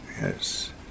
Yes